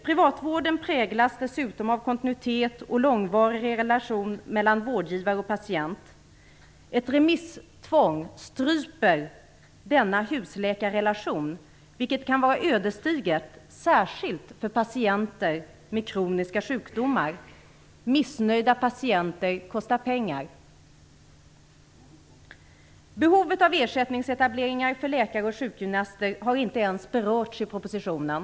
Privatvården präglas dessutom av kontinuitet och långvariga relationer mellan vårdgivare och patienter. Ett remisstvång stryper denna husläkarrelation, vilket kan vara ödesdigert, särskilt för patienter med kroniska sjukdomar. Missnöjda patienter kostar pengar. Behovet av ersättningsetableringar för läkare och sjukgymnaster har inte ens berörts i propositionen.